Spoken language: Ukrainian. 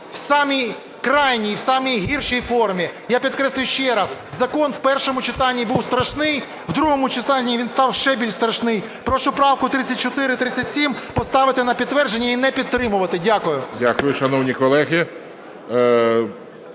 в самій крайній і в самій гіршій формі. Я підкреслюю ще раз, закон в першому читанні був страшний, в другому читанні він став ще більш страшний. Прошу правку 3437 поставити на підтвердження і не підтримувати. Дякую. ГОЛОВУЮЧИЙ. Дякую. Шановні колеги,